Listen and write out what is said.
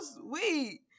sweet